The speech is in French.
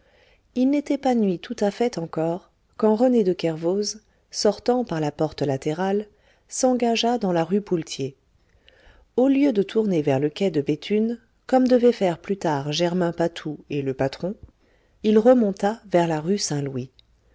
il n'était pas nuit tout à fait encore quand rené de kervoz sortant par la porte latérale s'engagea dans la rue poultier au lieu de tourner vers le quai de béthune comme devaient faire plus tard germain patou et le patron il remonta vers la rue saint-louis